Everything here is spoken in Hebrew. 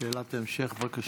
שאלת המשך, בבקשה.